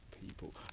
people